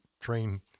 train